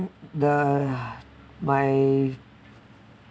the ya my